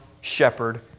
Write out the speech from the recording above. shepherd